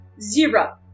Zero